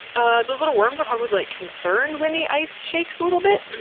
ah those little worms are probably like concerned when the ice shakes a little bit,